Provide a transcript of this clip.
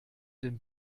den